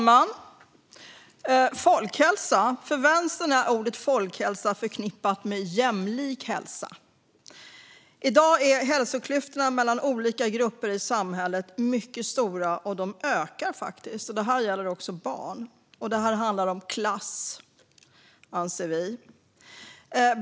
Fru talman! För Vänstern är ordet folkhälsa förknippat med jämlik hälsa. I dag är hälsoklyftorna mellan olika grupper i samhället mycket stora, och de ökar faktiskt. Det här gäller också barn. Det handlar om klass, anser vi.